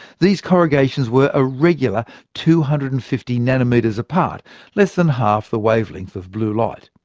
these corrugations were a regular two hundred and fifty nanometres apart less than half the wavelength of blue light.